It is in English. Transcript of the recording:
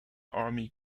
army